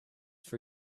for